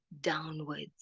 downwards